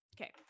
Okay